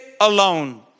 alone